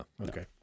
Okay